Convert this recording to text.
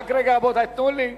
רק רגע, רבותי, תנו לי.